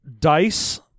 dice